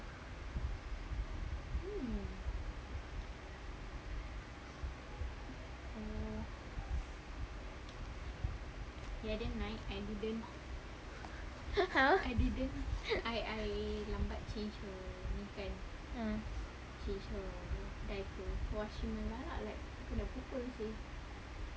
!huh! ah